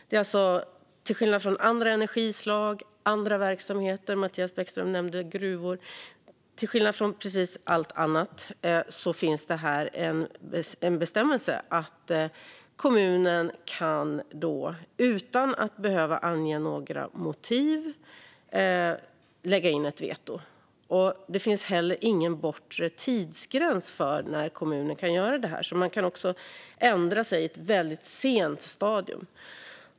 Till skillnad från andra energislag, andra verksamheter - Mattias Bäckström Johansson nämnde gruvor - och precis allt annat finns det här en bestämmelse att kommunen utan att behöva ange några motiv kan lägga in ett veto. Det finns heller ingen bortre tidsgräns för när kommunen kan göra detta, så man kan ändra sig på ett väldigt sent stadium.